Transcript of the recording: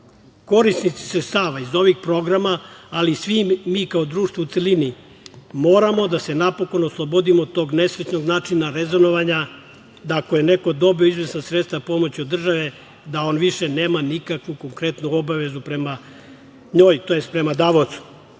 sredstava iz ovih programa, ali i svi mi kao društvo u celini moramo da se napokon oslobodimo tog nesrećnog načina rezonovanja, da ako je neko dobio izvesna sredstva pomoć od države da on više nema nikakvu konkretnu obavezu prema njoj, tj. prema davaocu. Tim